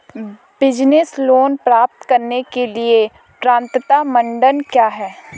Business loan प्राप्त करने के लिए पात्रता मानदंड क्या हैं?